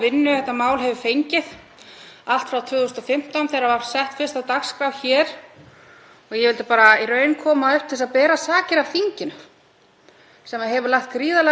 sem hefur lagt gríðarlega mikla vinnu í þetta og er alltaf að lenda í því að stjórnarmeirihlutinn hendir málinu af dagskrá og kemur með þá aumu afsökun að það þurfi að undirbúa það betur.